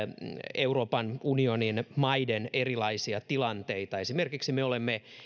euroopan unionin maiden erilaisia tilanteita esimerkiksi me olemme